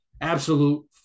Absolute